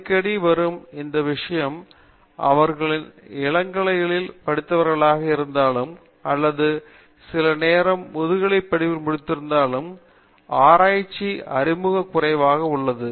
அடிக்கடி வரும் ஒரு விஷயம் அவர்கள் இளங்கலைகளில் படித்தவர்களாக இருந்தாலும் அல்லது சில நேரங்களில் முதுநிலைப் படிப்பு முடித்திருந்தாலும் ஆராய்ச்சி அறிமுகம் குறைவாக உள்ளது